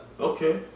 Okay